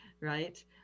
right